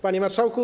Panie Marszałku!